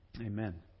Amen